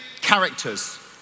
characters